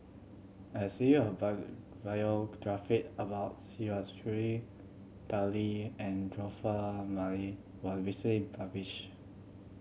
a serie of biography about Sia Kah Hui Tao Li and Joseph was recently published